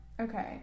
okay